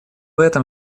этом